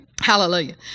Hallelujah